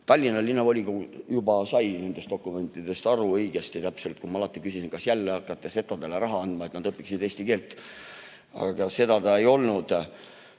Tallinna Linnavolikogu juba sai nendest dokumentidest õigesti ja täpselt aru, kui ma alati küsisin, kas jälle hakkate setodele raha andma, et nad õpiksid eesti keelt. Aga seda see ei olnud.